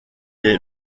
est